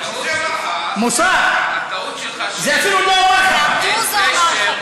מוסר, זה אפילו לא "מרחבא".